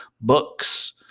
books